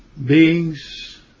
Beings